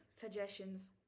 suggestions